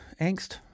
angst